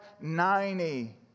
ninety